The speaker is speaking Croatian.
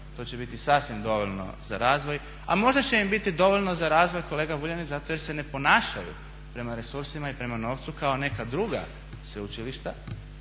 to će biti sasvim dovoljno za razvoj. A možda će im biti dovoljno za razvoj kolega Vuljanić zato jer se ne ponašaju prema resursima i prema novcu kao neka druga sveučilišta